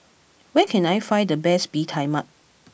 where can I find the best Bee Tai Mak